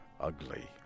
ugly